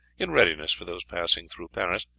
in readiness for those passing through paris,